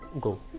go